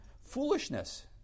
Foolishness